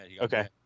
Okay